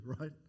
right